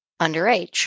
underage